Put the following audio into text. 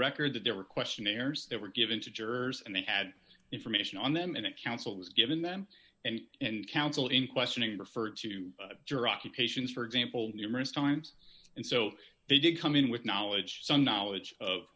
record that there were questionnaires that were given to jurors and they had information on them and counsel was given them and and counsel in questioning refer to juror occupations for example numerous times and so they did come in with knowledge some knowledge of